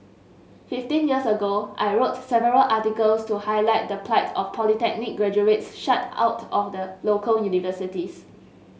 fifteen years ago I wrote several articles to highlight the plight of polytechnic graduates shut out of the local universities